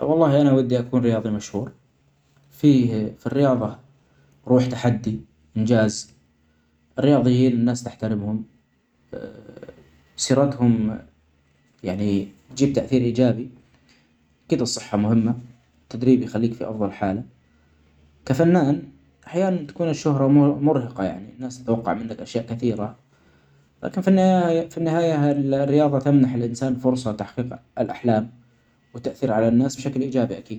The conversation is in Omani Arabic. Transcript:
والله أنا بدي أكون رياضي مشهور. في -في الرياضة روح تحدي إنجاز. الرياضيين الناس تحترمهم سيرتهم يعني تجيب تأثير إيجابي أكيد الصحة مهمة ، التدريب يخليك في أفظل حالة ، كفنان أحيانا تكون الشهرة مر-مرهقة يعني الناس تتوقع منك أشياء كثيرة ،لكن في النهاية -في النهاية الرياضه تمنح ال-الإنسان فرصه لتحقيق الاحلام والتأثير علي الناس بشكل إيجابي أكيد.